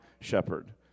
shepherd